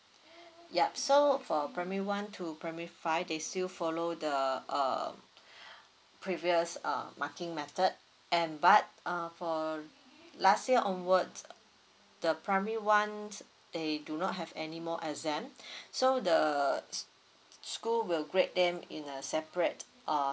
yup so for primary one to primary five they still follow the err previous um marking method and but uh from last year onwards the primary one they do not have any more exam so the s~ s~ school will grade them in a separate uh